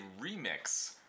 remix